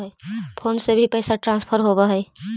Phone से भी पैसा ट्रांसफर होवहै?